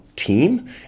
team